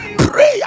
prayer